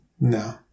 No